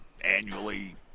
annually